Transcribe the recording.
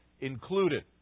included